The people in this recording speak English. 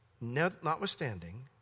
Notwithstanding